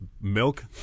milk